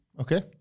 Okay